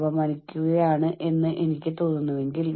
സമയപരിധികൾ ഞാൻ എങ്ങനെ കൈകാര്യം ചെയ്യും